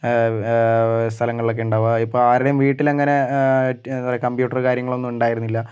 സ്ഥലങ്ങളിലൊക്കെ ഉണ്ടാവുക ഇപ്പോൾ ആരുടേയും വീട്ടില് അങ്ങനെ കംപ്യൂട്ടറ് കാര്യങ്ങളൊന്നും ഉണ്ടായിരുന്നില്ല